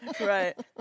Right